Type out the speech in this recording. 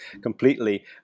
completely